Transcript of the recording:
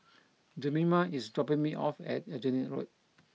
Jemima is dropping me off at Aljunied Road